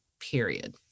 period